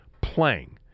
playing